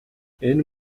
энэ